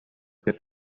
che